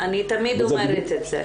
אני תמיד אומרת את זה.